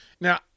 now